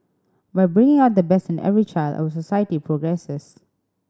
by bringing out the best in every child our society progresses